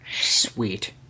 sweet